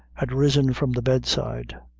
had risen from the bed side,